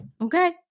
Okay